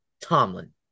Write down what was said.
Tomlin